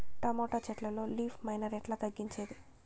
Tomato చెట్లల్లో leaf miner ఎట్లా తగ్గించేది?